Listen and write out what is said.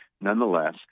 Nonetheless